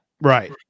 right